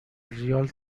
ریال